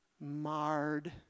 marred